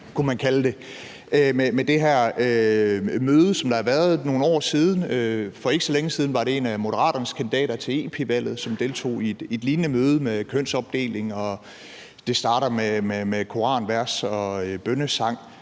her møde, der har været for nogle år siden. For ikke så længe siden var det en af Moderaternes kandidater til europaparlamentsvalget, som deltog i et lignende møde med kønsopdeling, og det startede med koranvers og bønnesang.